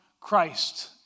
Christ